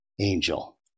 angel